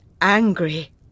angry